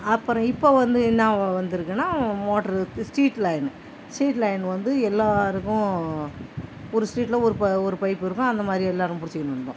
அப்புறம் இப்போ வந்து என்னா வந்துருக்குன்னா motor street line street line வந்து எல்லோருக்கும் ஒரு ஸ்டீட்டில் ஒரு ப ஒரு பைப்பு இருக்கும் அந்தமாதிரி எல்லோரும் புடிச்சுக்கின்னு இருந்தோம்